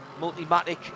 Multimatic